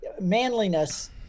manliness